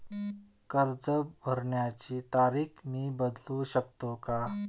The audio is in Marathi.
कर्ज भरण्याची तारीख मी बदलू शकतो का?